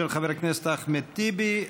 של חבר הכנסת אחמד טיבי.